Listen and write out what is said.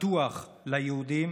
בטוח ליהודים,